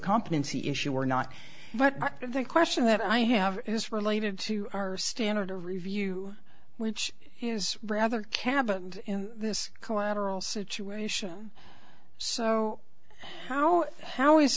competency issue or not but the question that i have is related to our standard of review which is rather cavalier in this collateral situation so how how is